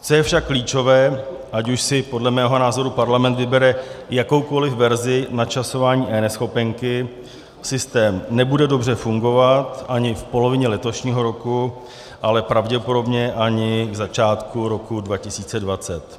Co je však klíčové, ať už si podle mého názoru parlament vybere jakoukoli verzi načasování eNeschopenky, systém nebude dobře fungovat ani v polovině letošního roku, ale pravděpodobně ani na začátku roku 2020.